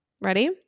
Ready